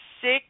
six